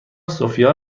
سوفیا